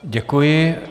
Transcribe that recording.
Děkuji.